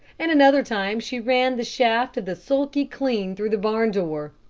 and another time she ran the shaft of the sulky clean through the barn door.